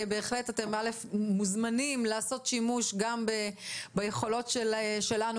אתם מוזמנים לעשות שימוש גם ביכולות שלנו